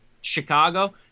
Chicago